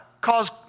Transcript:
cause